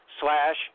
slash